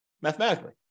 mathematically